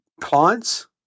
clients